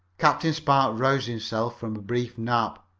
captain spark roused himself from a brief nap.